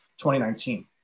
2019